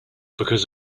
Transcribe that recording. because